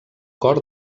cor